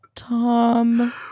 Tom